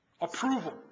Approval